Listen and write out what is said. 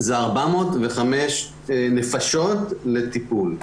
זה 405 נפשות לטיפול.